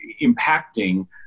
impacting